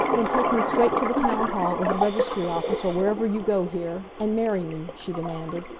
then take me straight to the town hall, or the registry office, or wherever you go here, and marry me, she demanded.